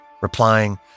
replying